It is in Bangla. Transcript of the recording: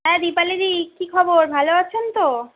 হ্যাঁ দীপালিদি কি খবর ভালো আছেন তো